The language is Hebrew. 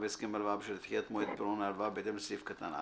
בהסכם ההלוואה בשל דחיית מועד פירעון ההלוואה בהתאם לסעיף קטן (א).